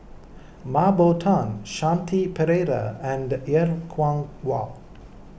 Mah Bow Tan Shanti Pereira and Er Kwong Wah